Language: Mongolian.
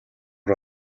руу